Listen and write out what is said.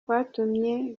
kwatumye